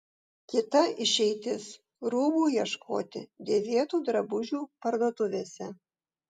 kita išeitis rūbų ieškoti dėvėtų drabužių parduotuvėse